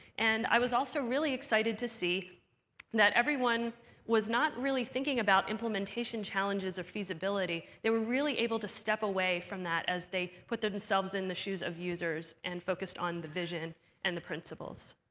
and i was also really excited to see that everyone was not really thinking about implementation challenges or feasibility. they were really able to step away from that as they put themselves in the shoes of users and focused on the vision and the principles.